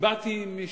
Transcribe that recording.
הבעתי משאלת לב.